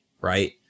right